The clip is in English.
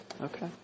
Okay